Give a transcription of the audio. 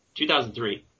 2003